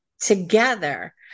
together